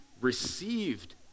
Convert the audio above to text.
received